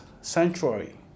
sanctuary